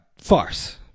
farce